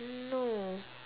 oh no